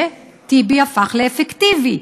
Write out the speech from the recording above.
וטיבי הפך לאפקטיבי.